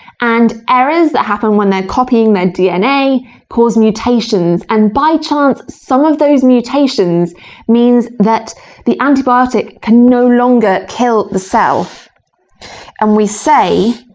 and errors that happen when they're copying their dna cause mutations, and by chance some of those mutations means that the antibiotic can no longer kill the cell and we say